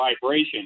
vibration